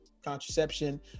contraception